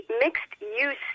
mixed-use